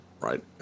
right